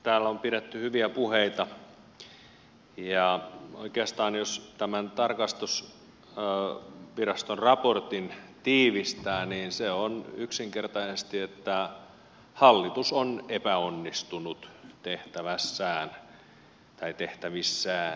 täällä on pidetty hyviä puheita ja oikeastaan jos tämän tarkastusviraston raportin tiivistää niin se on yksinkertaisesti että hallitus on epäonnistunut tehtävissään